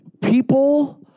people